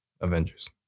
Avengers